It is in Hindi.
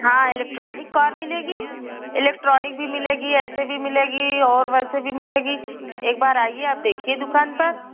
हाँ इलेक्ट्रॉनिक कार मिलेगी इलेक्ट्रॉनिक भी मिलेगी ऐसे भी मिलेगी और वैसे भी मिलेगी एक बार आइए आप देखिए दुकान पर